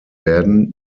werden